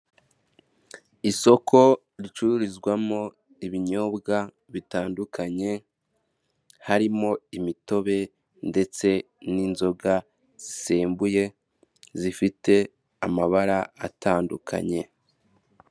Isoko ricururizwamo ibinyobwa bitandukanye, harimo imitobe ndetse n'inzoga zisembuye, zifite amabara atandukanye.